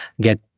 get